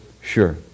Sure